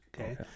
Okay